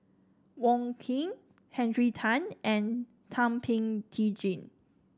Wong Keen Henry Tan and Thum Ping Tjin